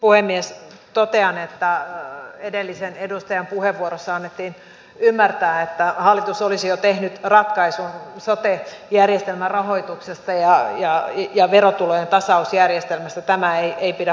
totean että edellisen edustajan puheenvuorossa annettiin ymmärtää että hallitus olisi jo tehnyt ratkaisun sote järjestelmän rahoituksesta ja verotulojen tasausjärjestelmästä tämä ei pidä paikkaansa